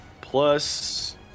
Plus